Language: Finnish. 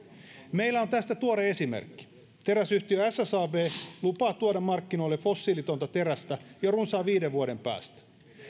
meillä on tästä tuore esimerkki teräsyhtiö ssab lupaa tuoda markkinoille fossiilitonta terästä jo runsaan viiden vuoden päästä